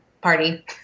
party